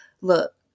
Look